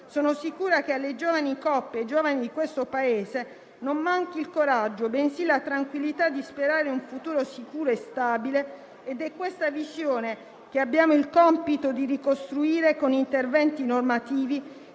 Sono sicura che alle giovani coppie e ai giovani di questo Paese non manchi il coraggio, bensì la tranquillità di sperare in un futuro sicuro e stabile ed è questa visione che abbiamo il compito di ricostruire con interventi normativi